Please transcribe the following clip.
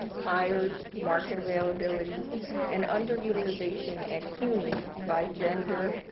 hires, market availability and underutilization at cuny by gender,